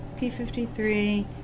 p53